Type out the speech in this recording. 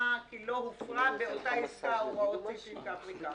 הופרו באותה עסקה הוראות סעיפים ...".